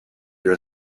your